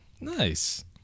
nice